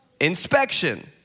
Inspection